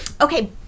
Okay